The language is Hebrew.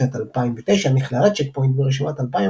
בשנת 2009 נכללה צ'ק פוינט ברשימת 2,000